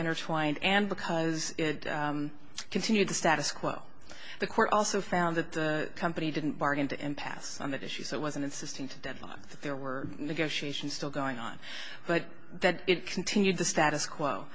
intertwined and because it continued the status quo the court also found that the company didn't bargain to impasse on that issue so it wasn't insisting to deadlock that there were negotiations still going on but that it continued the status quo